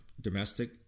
domestic